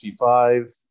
55